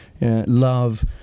love